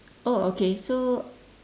oh okay so